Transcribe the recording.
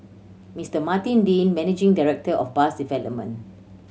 Mister Martin Dean managing director of bus development